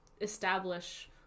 establish